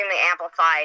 amplified